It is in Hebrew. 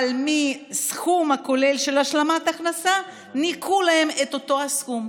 אבל מהסכום הכולל של השלמת ההכנסה ניכו להם את אותו הסכום.